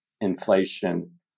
inflation